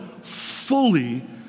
fully